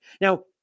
Now